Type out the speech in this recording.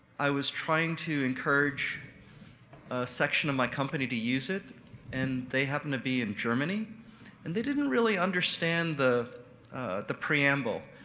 i was trying to encourage a section of my company to use it and they happen to be in germany and they didn't really understand the the preamble.